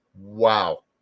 Wow